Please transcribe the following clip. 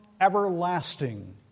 everlasting